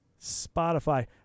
Spotify